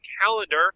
calendar